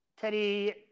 Teddy